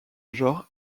genre